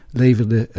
leverde